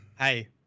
Hey